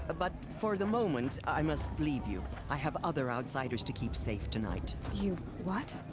ah but, for the moment i must leave you. i have other outsiders to keep safe tonight. you. what?